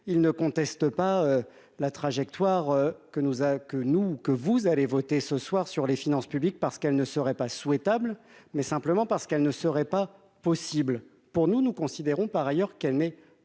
il ne conteste pas la trajectoire que nous ah que nous que vous allez voter ce soir sur les finances publiques parce qu'elle ne serait pas souhaitable, mais simplement parce qu'elle ne serait pas possible pour nous, nous considérons par ailleurs qu'elle n'est pas souhaitable